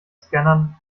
scannern